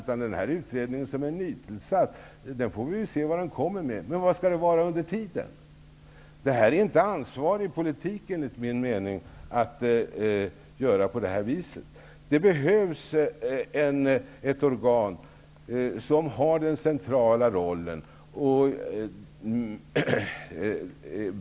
Vi får se vilka förslag den nytillsatta utredningen kommer med. Men vad skall ske under tiden? Det är enligt min mening inte någon ansvarig politik att göra på det viset. Det behövs ett organ som har den centrala rollen.